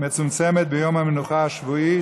מצומצמת ביום המנוחה השבועי,